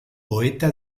poeta